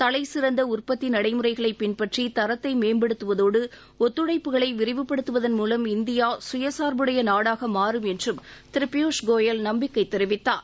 தலைசிறந்த உற்பத்தி நடைமுறைகளை பின்பற்றி தரத்தை மேம்படுத்துவதோடு ஒத்துழைப்புகளை விரிவுபடுத்துவதன் மூலம் இந்தியா சுயசார்புடைய நாடாக மாறும் என்றும் திரு பியூஷ்கோயல் நம்பிக்கை தெரிவித்தார்